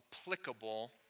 applicable